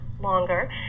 longer